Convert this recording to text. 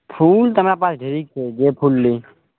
फूल तऽ हमरा पास ढेरीक छै जे फूल ली